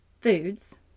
foods